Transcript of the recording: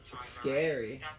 Scary